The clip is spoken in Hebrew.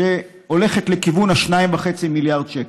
שהולכת לכיוון ה-2.5 מיליארד שקל,